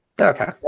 Okay